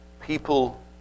People